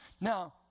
Now